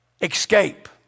escape